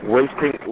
Wasting